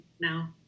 now